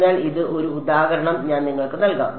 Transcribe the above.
അതിനാൽ ഇത് ഒരു ഉദാഹരണം ഞാൻ നിങ്ങൾക്ക് നൽകാം